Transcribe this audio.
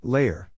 Layer